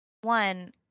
one